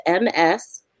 MS